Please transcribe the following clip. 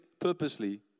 purposely